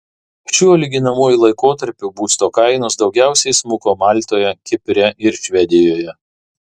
šiuo lyginamuoju laikotarpiu būsto kainos daugiausiai smuko maltoje kipre ir švedijoje